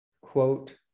quote